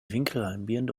winkelhalbierende